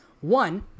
One